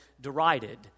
derided